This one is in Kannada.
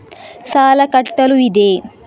ಸಾಲ ಕಟ್ಟಲು ಇದೆ